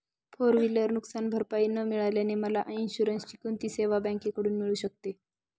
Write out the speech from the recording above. Four wheeler नुकसानभरपाई न मिळाल्याने मला इन्शुरन्सची कोणती सेवा बँकेकडून मिळू शकते?